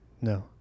No